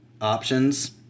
options